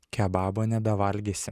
kebabo nebevalgysi